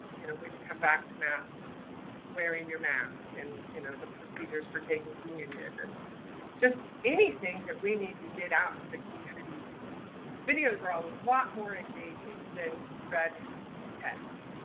you know, when you come back to mass wearing your mask and you know, the procedures for taking communion and just anything that we need to get out to the community videos are all a lot more engaging than red text